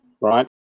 right